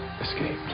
escaped